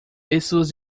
pessoas